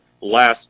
last